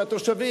שהתושבים,